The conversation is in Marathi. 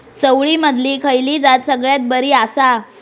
चवळीमधली खयली जात सगळ्यात बरी आसा?